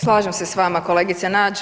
Slažem se s vama kolegice Nađ.